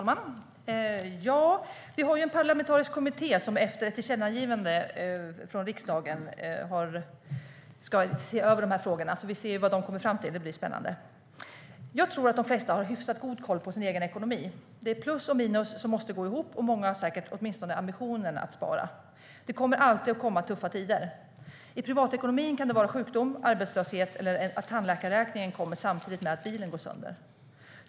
Herr talman! Det finns en parlamentarisk kommitté som efter ett tillkännagivande från riksdagen ska se över dessa frågor. Det blir spännande att se vad den kommer fram till. Jag tror att de flesta har hyfsat god koll på sin egen ekonomi. Det är plus och minus som måste gå ihop, och många har säkert åtminstone ambitionen att spara. Det kommer alltid att komma tuffa tider. I privatekonomin kan det vara sjukdom, arbetslöshet eller att tandläkarräkningen kommer samtidigt med att bilen går sönder.